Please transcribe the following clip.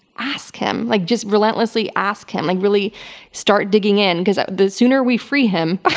ask him, like just relentlessly ask him, like really start digging in. because, the sooner we free him,